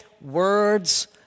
words